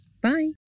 Bye